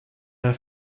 her